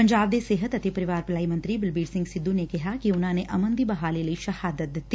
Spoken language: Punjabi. ਪੰਜਾਬ ਦੇ ਸਿਹਤ ਅਤੇ ਪਰਿਵਾਰ ਭਲਾਈ ਮੰਤਰੀ ਬਲਬੀਰ ਸਿੰਘ ਸਿੱਧੁ ਨੇ ਕਿਹਾ ਕਿ ਉਨਾਂ ਨੇ ਅਮਨ ਦੀ ਬਹਾਲੀ ਲਈ ਸ਼ਹਾਦਤ ਦਿੱਤੀ